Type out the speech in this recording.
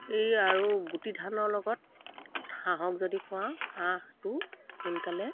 এই আৰু গুটি ধানৰ লগত হাঁহক যদি খুৱাওঁ হাঁহটো সোনকালে